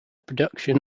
production